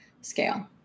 scale